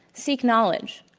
seek knowledge.